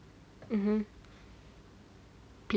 mmhmm